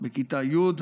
בכיתה י',